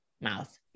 mouth